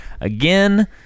again